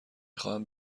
خواهم